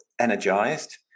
energized